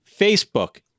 Facebook